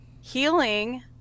Healing